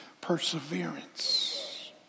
perseverance